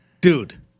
Dude